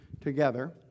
together